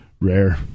Rare